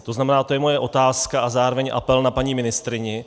To znamená, to je moje otázka a zároveň apel na paní ministryni.